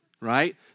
right